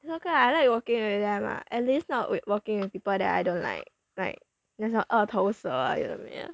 so okay lah I like working with them ah at least not with working with people that I don't like like those 二头蛇 you know what I mean